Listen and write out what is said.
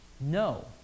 no